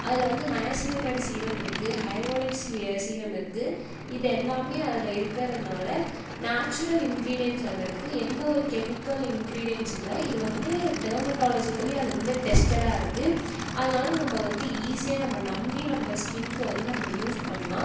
அதுல வந்து நயசிலிமெடி சீரமிருக்கு ஹைராலிக் சீரமிருக்கு இது எல்லாம் அதில் இருக்கிறதுனால நேச்சுரல் இன்க்ரீடியன்ஸ் அதுலேருக்கு எந்த ஒரு கெமிக்கல் இன்க்ரீடியஸ் இல்லை இது வந்து டேர்மடாலஜிக்கலி அது வந்து டெஸ்ட்டடாயிருக்கு அதனால நம்ம வந்து ஈஸியாக நம்ம நம்பி நம்ம ஸ்கின்னுக்கு வந்து நம்ம யூஸ் பண்ணலாம்